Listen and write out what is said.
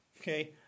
Okay